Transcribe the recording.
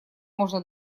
можно